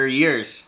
years